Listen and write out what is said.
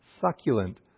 succulent